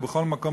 בכל מקום,